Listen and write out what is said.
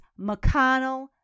McConnell